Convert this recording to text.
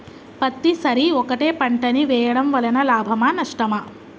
పత్తి సరి ఒకటే పంట ని వేయడం వలన లాభమా నష్టమా?